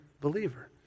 believer